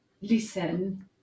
listen